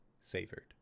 savored